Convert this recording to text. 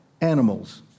animals